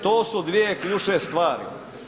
To su dvije ključne stvari.